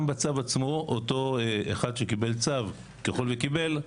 גם בצו עצמו, אותו אחד שקיבל צו, ככל וקיבל,